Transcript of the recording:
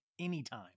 anytime